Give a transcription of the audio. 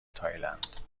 تایلند